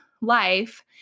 life